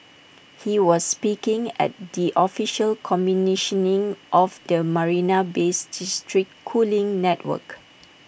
he was speaking at the official commissioning of the marina Bay's district cooling network